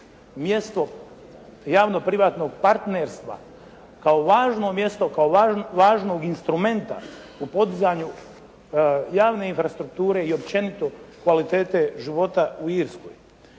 mjesto javno-privatnog partnerstva kao važno mjesto, kao važnog instrumenta u podizanju javne infrastrukture i općenito kvalitete života u Irskoj.